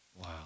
Wow